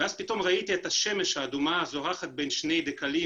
אז פתאום ראיתי את השמש האדומה זורחת בין שני דקלים